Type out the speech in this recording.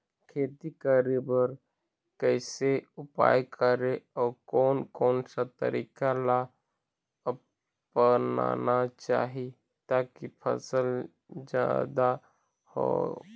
खेती करें बर कैसे उपाय करें अउ कोन कौन सा तरीका ला अपनाना चाही ताकि फसल जादा हो?